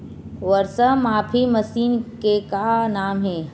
वर्षा मापी मशीन के का नाम हे?